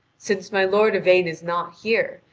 since my lord yvain is not here,